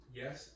yes